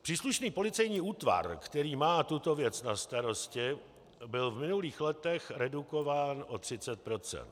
Příslušný policejní útvar, který má tuto věc na starosti, byl v minulých letech redukován o 30 %.